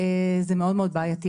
זה מאוד מאוד בעייתי.